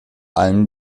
allem